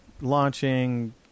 launching